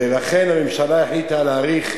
ולכן הממשלה החליטה לדחות